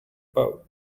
boat